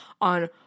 on